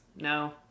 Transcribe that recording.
no